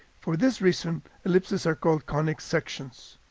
for this reason, ellipses are called conic sections.